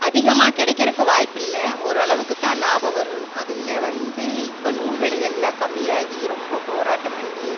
அதிகமா கிடைக்கிறக்கு வாய்ப்பில்லை ஓரளவுக்குத்தான் லாபம் வரும் அதில் வந்து இப்போ நூல் விலையெல்லாம் கம்மியாகி ரொம்ப போராட்டம் பண்ணி